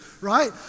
right